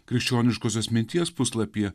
krikščioniškosios minties puslapyje